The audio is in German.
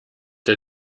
der